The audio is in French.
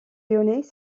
lyonnais